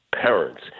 parents